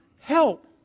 help